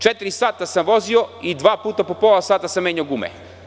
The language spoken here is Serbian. Četiri sata sam vozio i dva puta po pola sata sam menjao gume.